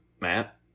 Matt